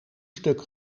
stuk